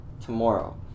tomorrow